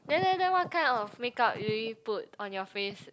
then then then what kind of makeup do you usually put on your face